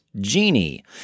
Genie